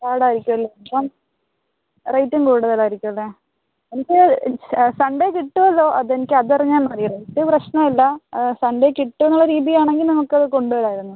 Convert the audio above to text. പാടായിരിക്കും അല്ലേ അപ്പം റേറ്റും കൂടുതലായിരിക്കും അല്ലേ എനിക്ക് സൺഡേ കിട്ടുമല്ലോ അതെനിക്ക് അത് അറിഞ്ഞാൽ മതി റേറ്റ് പ്രശ്നം ഇല്ല സൺഡേ കിട്ടുമെന്നുള്ള രീതിയാണെങ്കിൽ നമുക്ക് അത് കൊണ്ട് വരാമായിരുന്നു